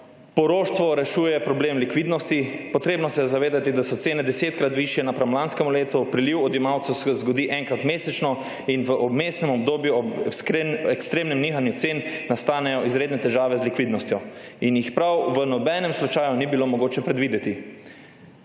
Poroštvo rešuje problem likvidnosti. Treba se je zavedati, da so cene desetkrat višje napram lanskem letu, priliv odjemalcev se zgodi enkrat mesečno in v vmesnem obdobju ob ekstremnem nihanju cen nastanejo izredne težave z likvidnostjo, ki jih prav v nobenem slučaju ni bilo mogoče predvideti.